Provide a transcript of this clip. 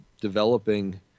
developing